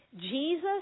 Jesus